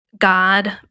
God